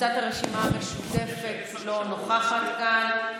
קבוצת הרשימה המשותפת, לא נוכחת כאן.